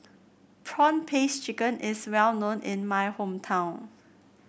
prawn paste chicken is well known in my hometown